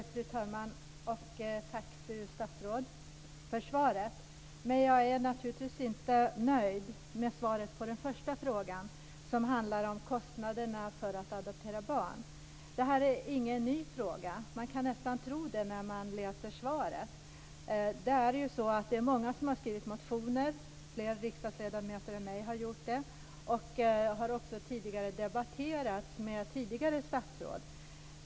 Fru talman! Tack för svaret, fru statsråd! Jag är naturligtvis inte nöjd med svaret på den första frågan, som handlar om kostnaderna för att adoptera barn. Det här är ingen ny fråga. Man kan nästan tro det när man läser svaret. Det är många som har väckt motioner - fler riksdagsledamöter än jag har gjort det - och frågan har också debatterats med tidigare statsråd.